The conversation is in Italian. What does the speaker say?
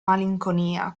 malinconia